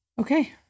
Okay